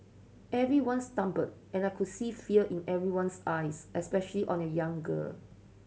everyone stumbled and I could see fear in everyone's eyes especially on a young girl